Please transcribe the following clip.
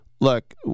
look